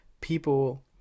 people